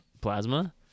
Plasma